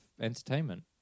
entertainment